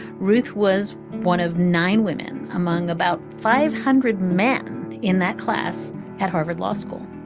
ruth was one of nine women among about five hundred men in that class at harvard law school.